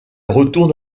retourne